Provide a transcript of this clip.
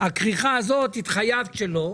הכריכה הזאת התחייבת שלא.